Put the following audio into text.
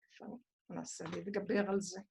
טוב... ננסה להתגבר על זה.